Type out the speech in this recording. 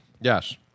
Yes